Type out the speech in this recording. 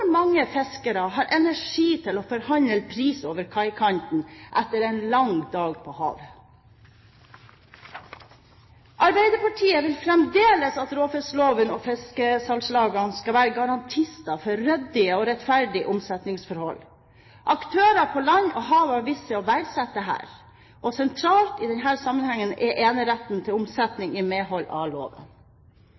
mange fiskere har energi til å forhandle pris over kaikanten etter en lang dag på havet? Arbeiderpartiet vil fremdeles at råfiskloven og fiskesalgslagene skal være garantister for ryddige og rettferdige omsetningsforhold. Aktører på land og hav har vist seg å verdsette dette, og sentralt i denne sammenhengen er eneretten til